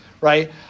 right